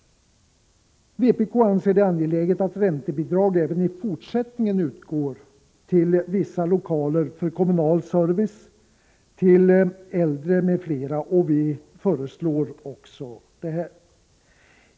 Vpk föreslår att räntebidrag även i fortsättningen skall utgå till vissa lokaler för kommunal service, till äldre, m.fl., eftersom vi anser det angeläget.